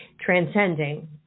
transcending